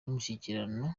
y’umushyikirano